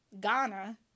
Ghana